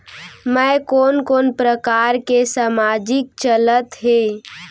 मैं कोन कोन प्रकार के सामाजिक चलत हे?